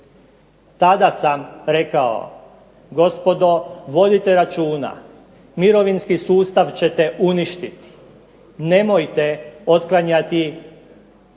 Tada sam rekao, gospodo vodite računa, mirovinski sustav ćete uništiti, nemojte otklanjati